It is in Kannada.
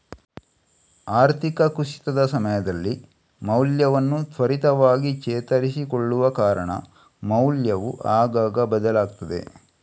ಆರ್ಥಿಕ ಕುಸಿತದ ಸಮಯದಲ್ಲಿ ಮೌಲ್ಯವನ್ನ ತ್ವರಿತವಾಗಿ ಚೇತರಿಸಿಕೊಳ್ಳುವ ಕಾರಣ ಮೌಲ್ಯವು ಆಗಾಗ ಬದಲಾಗ್ತದೆ